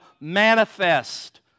manifest